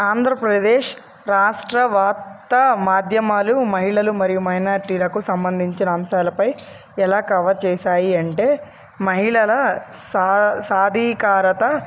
ఆంధ్రప్రదేశ్ రాష్ట్ర వార్తా మాధ్యమాలు మహిళలు మరియు మైనారిటీలకు సంబంధించిన అంశాలపై ఎలా కవర్ చేశాయి అంటే మహిళల సాధికారత